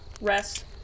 rest